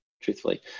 truthfully